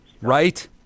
Right